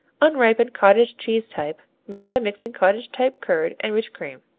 unripened cottage cheese type, made by mixing cottage-type curd and rich cream.